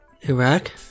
Iraq